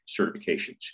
certifications